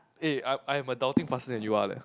eh I I am adulting faster than you are leh